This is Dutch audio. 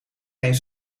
geen